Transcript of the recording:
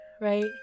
right